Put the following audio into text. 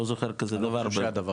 לא זוכר כזה דבר,